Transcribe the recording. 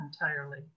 entirely